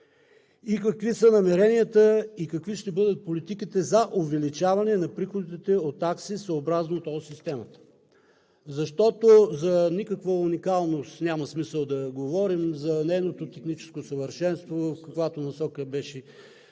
и какви са намеренията, какви ще бъдат политиките за увеличаване на приходите от такси, съобразно тол системата? Защото за никаква уникалност няма смисъл да говорим – за нейното техническо съвършенство, в каквато насока беше предишният